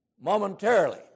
momentarily